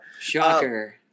Shocker